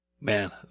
man